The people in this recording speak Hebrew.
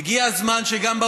ה-MOU שחתמתם עם הנשיא